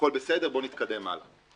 הכול בסדר, בואו נתקדם הלאה.